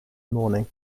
morning